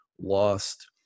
lost